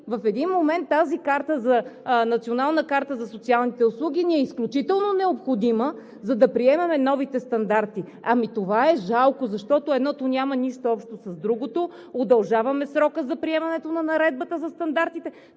в един момент тази национална карта за социалните услуги ни е изключително необходима, за да приемем новите стандарти!? Това е жалко, защото едното няма нищо общо с другото. Удължаваме срока за приемането на наредбата за стандартите,